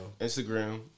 Instagram